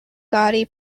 gotti